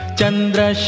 Chandra